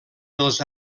dels